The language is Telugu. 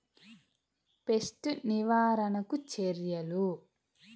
పెస్ట్ నివారణకు చర్యలు?